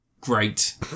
Great